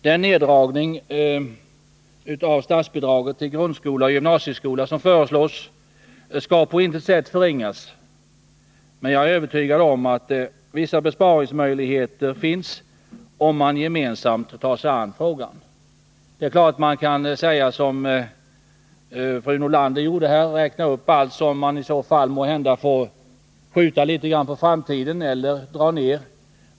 Den neddragning av statsbidraget till grundskola och gymnasieskola som föreslås skall på intet sätt förringas, men jag är övertygad om att vissa besparingsmöjligheter finns om man gemensamt tar sig an frågan. Det är klart att man kan göra som fru Nordlander gjorde här — räkna upp allt som man i så fall måhända får skjuta litet på framtiden eller dra ned.